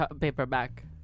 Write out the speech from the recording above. Paperback